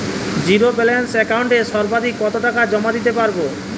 Zero balance একাউন্টে সর্বাধিক কত টাকা জমা দিতে পারব?